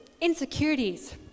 insecurities